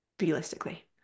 realistically